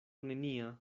nenia